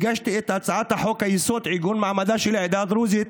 הגשתי את הצעת חוק-יסוד: עיגון מעמדה של העדה הדרוזית,